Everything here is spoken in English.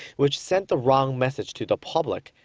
which sent the wrong message to the public.